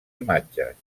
imatges